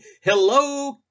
Hello